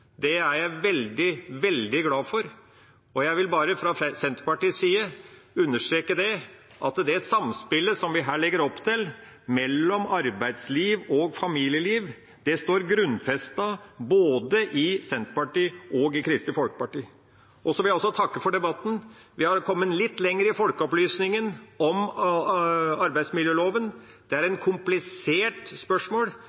er jeg veldig, veldig glad for, og fra Senterpartiets side vil jeg understreke at samspillet vi her legger opp til mellom arbeidsliv og familieliv, står grunnfestet både i Senterpartiet og i Kristelig Folkeparti. Jeg vil også takke for debatten. Vi har kommet litt lenger i folkeopplysningen om arbeidsmiljøloven. Det er kompliserte spørsmål, men det er